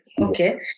Okay